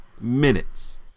minutes